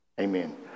Amen